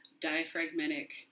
diaphragmatic